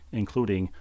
including